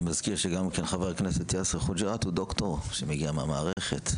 אני מזכיר שגם חבר הכנסת יאסר חוג'יראת הוא דוקטור שמגיע מהמערכת,